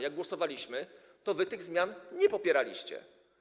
Kiedy głosowaliśmy, to wy tych zmian nie popieraliście.